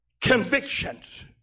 convictions